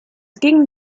ging